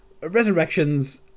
Resurrections